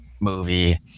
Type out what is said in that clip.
movie